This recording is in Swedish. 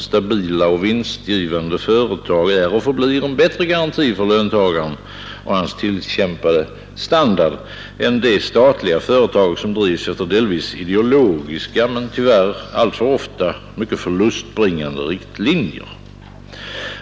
Stabila och vinstgivande företag är och förblir en bättre garanti för löntagaren och hans tillkämpade standard än de statliga företag som drivs efter delvis ideologiska men tyvärr alltför ofta mycket förlustbringande riktlinjer.